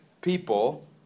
people